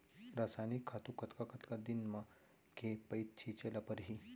रसायनिक खातू कतका कतका दिन म, के पइत छिंचे ल परहि?